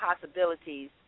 possibilities